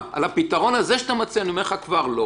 כי הדבר הזה לא עולה כרגע,